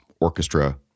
orchestra